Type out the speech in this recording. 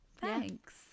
thanks